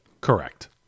Correct